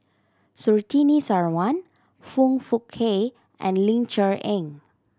Surtini Sarwan Foong Fook Kay and Ling Cher Eng